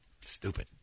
Stupid